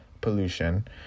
pollution